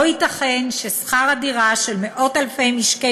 לא ייתכן ששכר הדירה של מאות-אלפי משקי